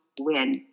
Win